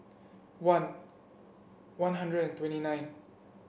one One Hundred and twenty nine